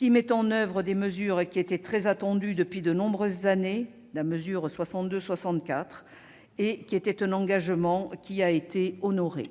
Il met en oeuvre des mesures qui étaient très attendues depuis de nombreuses années. Je pense à la mesure « 62-64 »: c'est un engagement qui a été honoré.